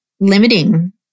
limiting